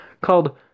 Called